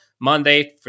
Monday